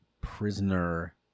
prisoner